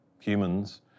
humans